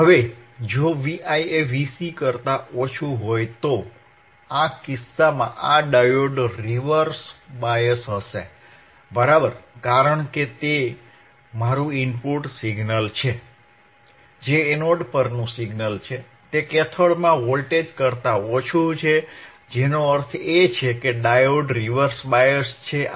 હવે જો Vi એ Vc કરતા ઓછું હોય તો આ કિસ્સામાં આ ડાયોડ રિવર્સ બાયસ હશે બરાબર કારણ કે મારું ઇનપુટ સિગ્નલ છે જે એનોડ પરનું સિગ્નલ છે તે કેથોડમાં વોલ્ટેજ કરતા ઓછું છે જેનો અર્થ છે કે ડાયોડ રિવર્સ બાયસ છે